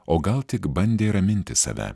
o gal tik bandė raminti save